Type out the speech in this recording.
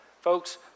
Folks